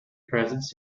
presence